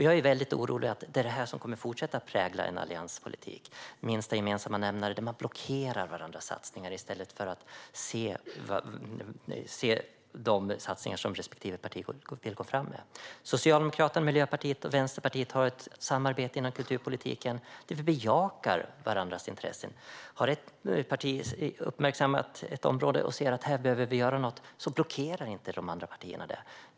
Jag är orolig för att det är detta som kommer att fortsätta att prägla allianspolitiken - den minsta gemensamma nämnaren där man blockerar varandras satsningar i stället för att se de satsningar som respektive parti vill gå fram med. Socialdemokraterna, Miljöpartiet och Vänsterpartiet har ett samarbete inom kulturpolitiken där vi bejakar varandras intressen. Om ett parti har uppmärksammat ett område och ser att något behöver göras blockerar inte de andra partierna detta.